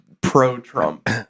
Pro-Trump